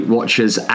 Watchers